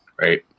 Right